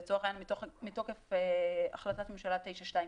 לצורך העניין מתוקף החלטת ממשלה 922,